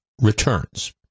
returns